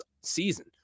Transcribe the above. season